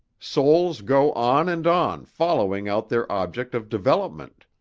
souls go on and on following out their object of development.